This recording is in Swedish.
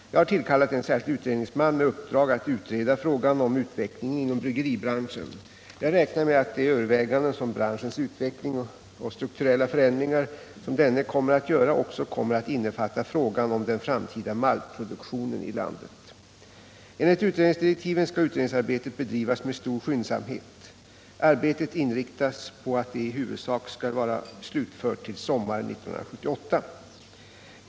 Jag har tillkallat en särskild utredningsman med uppdrag att utreda frågan om utvecklingen inom bryggeribranschen. Jag räknar med att de överväganden om branschens utveckling och strukturella förändringar som denne kommer att göra också kommer att innefatta frågan om den framtida maltproduktionen i landet. Enligt utredningsdirektiven skall utredningsarbetet bedrivas med stor skyndsamhet. Arbetet inriktas på att det i huvudsak skall vara slutfört till sommaren 1978.